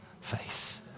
face